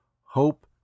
hope